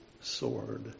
sword